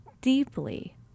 deeply